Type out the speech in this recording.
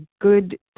good